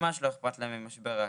ממש לא אכפת להם ממשבר האקלים.